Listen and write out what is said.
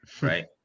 right